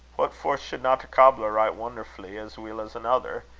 what for shouldna a cobbler write wonnerfully, as weel as anither?